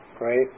right